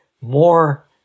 more